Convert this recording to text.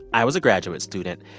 i was a graduate student.